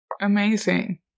Amazing